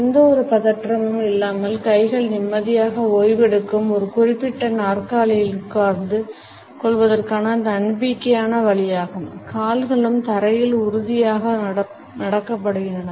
எந்தவொரு பதற்றமும் இல்லாமல் கைகள் நிம்மதியாக ஓய்வெடுக்கும் ஒரு குறிப்பிட்ட நாற்காலியில் உட்கார்ந்து கொள்வதற்கான நம்பிக்கையான வழியாகும் கால்களும் தரையில் உறுதியாக நடப்படுகின்றன